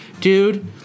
Dude